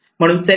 म्हणून सेल्फ